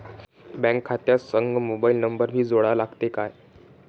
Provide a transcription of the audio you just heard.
Bank खात्या संग mobile number भी जोडा लागते काय?